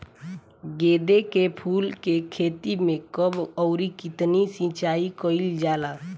गेदे के फूल के खेती मे कब अउर कितनी सिचाई कइल जाला?